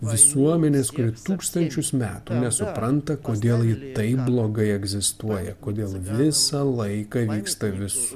visuomenės kuri tūkstančius metų nesupranta kodėl ji taip blogai egzistuoja kodėl visą laiką vyksta visų